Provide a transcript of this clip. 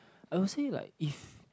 I will say like if